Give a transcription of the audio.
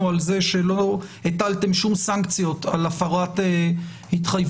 על זה שלא הטלתם שום סנקציות על הפרת התחייבויות.